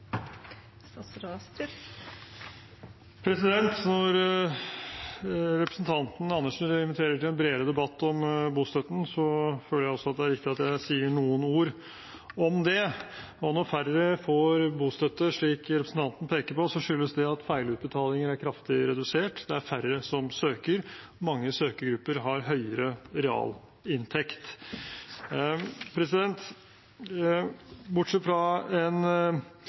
Når representanten Andersen inviterer til en bredere debatt om bostøtten, føler jeg det er riktig at jeg sier noen ord om det. Når færre får bostøtte, slik representanten peker på, skyldes det at feilutbetalingene er kraftig redusert. Det er færre som søker, og mange søkergrupper har høyere realinntekt. Bortsett fra en